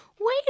wait